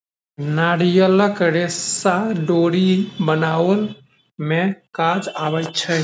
नारियलक रेशा डोरी बनाबअ में काज अबै छै